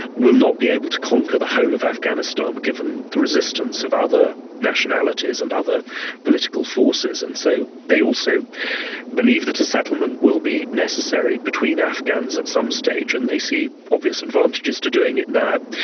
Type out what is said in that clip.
will not be able to conquer the whole of afghanistan given the resistance of other nationalities and other political forces, and so they also believe that a settlement will be necessary between afghans at some stage, and they see obvious advantages to doing it now.